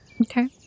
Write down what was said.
Okay